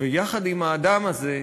ויחד עם האדם הזה,